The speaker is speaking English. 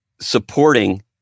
supporting